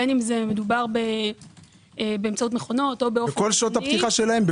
בין אם באמצעות מכונות- - בכל שעות הפתיחה שלהם,